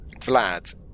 vlad